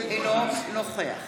אינו נוכח